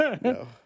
No